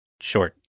short